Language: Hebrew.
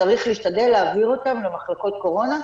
וצריך להשתדל להעביר אותם למחלקות קורונה.